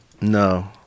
no